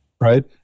right